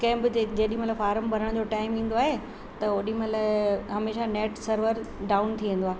कंहिं बि थिए जेॾीमहिल फॉर्म भरण जो टाइम ईंदो आहे त ओॾीमहिल हमेशह नैट सर्वर डाउन थी वेंदो आ्हे